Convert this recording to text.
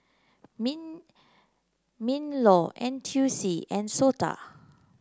Minlaw N T U C and SOTA